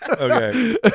Okay